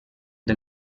del